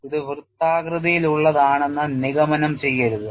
ഇത് വൃത്താകൃതിയിലുള്ളതാണെന്ന് നിഗമനം ചെയ്യരുത്